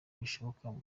bishoboka